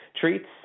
treats